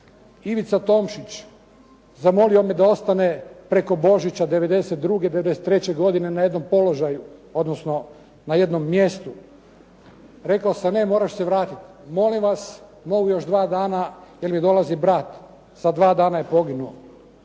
Ivica Tomšić, zamolio me da ostane preko Božića '92./'93. godine na jednom položaju, odnosno na jednom mjestu. Rekao sam ne, moraš se vratiti. Molim vas mogu još dva dana, jer mi dolazi brat. Za dva dana je poginuo.